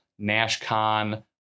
NashCon